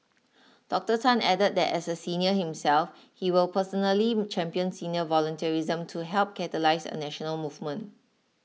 Doctor Tan added that as a senior himself he will personally champion senior volunteerism to help catalyse a national movement